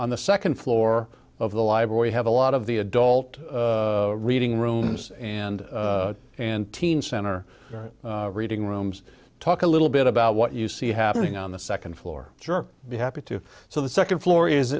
on the second floor of the library have a lot of the adult reading rooms and and teen center reading rooms talk a little bit about what you see happening on the second floor be happy to so the second floor is